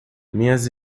minhas